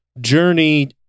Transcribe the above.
journey